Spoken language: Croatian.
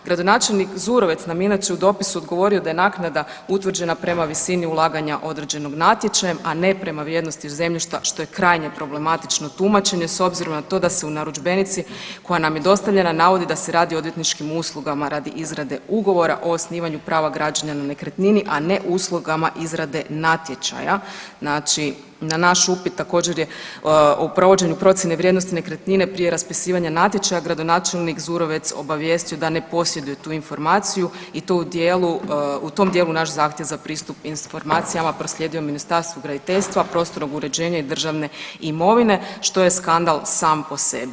Gradonačelnik Zurovec nam je inače, u dopisu odgovorio da je naknada utvrđena prema visini ulaganja određenog natjčečajem, a ne prema vrijednosti zemljišta, što je krajnje problematično tumačenje, s obzirom na to da se u narudžbenici koja je dostavljena, navodi da se radi o odvjetničkim uslugama radi izradi ugovora o osnivanju prava građenja na nekretnini, a ne uslugama izrade natječaja, znači, na naš upit također, je o provođenju procjene vrijednosti nekretnine prije raspisivanja natječaja, gradonačelnik Zurovec obavijestio da ne posjeduje tu informaciju i to u dijelu, u tom dijelu, naš zahtjev za pristup informacijama proslijedio Ministarstvu graditeljstva, prostornog uređenja i državne imovine, što je skandal sam po sebi.